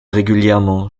régulièrement